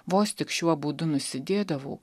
vos tik šiuo būdu nusidėdavau